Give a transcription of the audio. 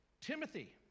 Timothy